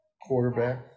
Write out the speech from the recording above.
Quarterback